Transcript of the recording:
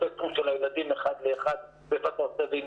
בספקטרום של הילדים אחד לאחד ואיך אתה עושה את זה,